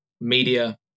media